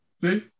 See